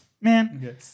Man